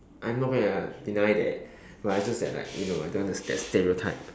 I'm not going to deny that but it's just that like you know I don't want to ste~ stereotype